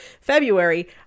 february